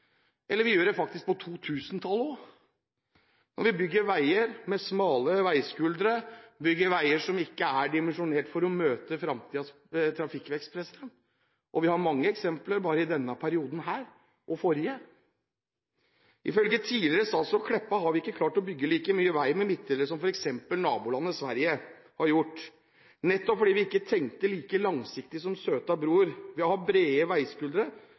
Vi gjør det faktisk også på 2000-tallet – når vi bygger veier med smale veiskuldre, bygger veier som ikke er dimensjonert for å møte fremtidens trafikkvekst. Vi har mange eksempler bare i denne perioden og i den forrige. Ifølge tidligere statsråd Meltveit Kleppa har vi ikke klart å bygge like mye vei med midtdelere som f.eks. nabolandet Sverige har gjort – nettopp fordi vi ikke tenkte like langsiktig som «söta bror», ved å ha brede veiskuldre